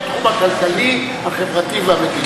בתחום הכלכלי, החברתי והמדיני.